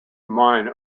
mine